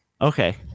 Okay